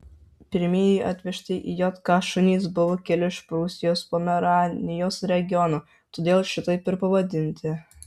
pirmieji atvežti į jk šunys buvo kilę iš prūsijos pomeranijos regiono todėl šitaip ir pavadinti